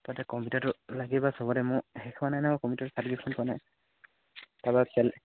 তাতে কম্পিউটাৰটো লাগিব চবতে মোৰ শেষ হোৱা নাই নহয় মোৰ কম্পিউটাৰ চাৰ্টিফিকেটখন পোৱা নাই তাৰপৰা চেল